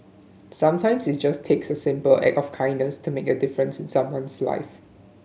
sometimes it just takes a simple act of kindness to make a difference in someone's life